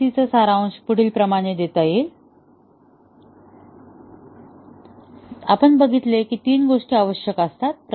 MCDC चा सारांश पुढीलप्रमाणे देता येईल आपण बघितले की तीन गोष्टी आवश्यक असतात